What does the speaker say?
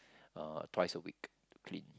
uh twice a week to clean